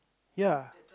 ya